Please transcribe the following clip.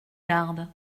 gardes